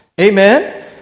Amen